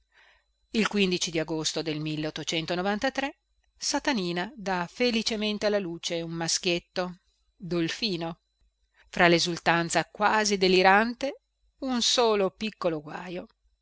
io l di agosto del atanina dà felicemente alla luce un maschietto dolfino fra lesultanza quasi delirante un solo piccolo guajo